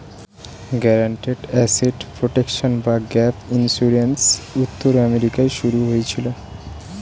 guaranteed asset protection বা gap insurance উত্তর আমেরিকায় শুরু হয়েছিল